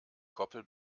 koppel